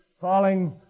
falling